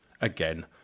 again